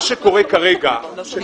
מה שקורה כרגע זה